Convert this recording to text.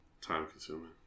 time-consuming